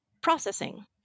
processing